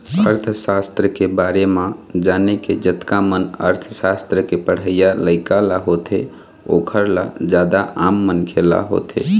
अर्थसास्त्र के बारे म जाने के जतका मन अर्थशास्त्र के पढ़इया लइका ल होथे ओखर ल जादा आम मनखे ल होथे